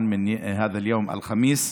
להלן תרגומם: הבוקר, בשעה 02:00, בוקר יום חמישי,